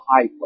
high